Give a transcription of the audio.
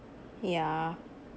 yeah